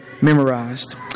memorized